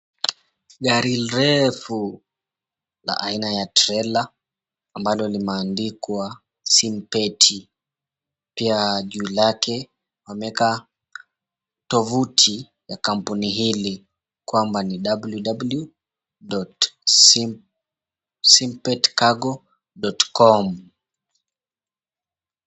Gari refu la aina ya trela ambalo limeandikwa SIMPET pia juu lake wameeka tovuti ya kampuni hili kwamba ni www.simpetcargo.com.